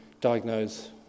diagnose